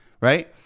right